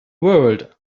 world